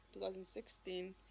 2016